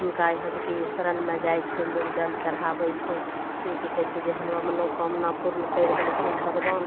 हुनका यहाँ जे कि शरणमे जाइ छै लोग जल चढ़ाबय छै कि कहय छै जे हमरो मनोकामना पूर्ण करि देलखिन भगवान